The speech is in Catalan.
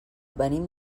venim